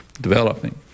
developing